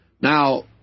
Now